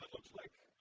but looks like